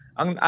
ang